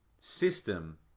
system